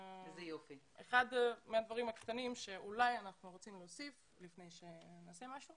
אחד הדברים הקטנים שאולי אנחנו רוצים להוסיף לפני שנעשה משהו